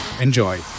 Enjoy